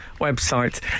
website